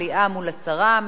מליאה מול הסרה.